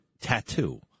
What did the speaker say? tattoo